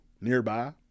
nearby